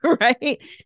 Right